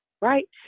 Right